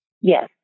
Yes